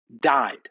died